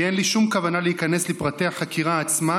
כי אין לי שום כוונה להיכנס לפרטי החקירה עצמה